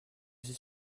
suis